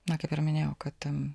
na kaip ir minėjau kad ten